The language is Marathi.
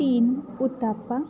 तीन उतापा